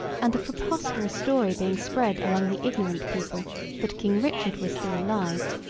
and a preposterous story being spread among the ignorant people that king richard was still alive.